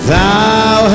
Thou